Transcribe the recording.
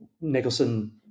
Nicholson